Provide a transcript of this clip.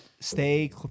stay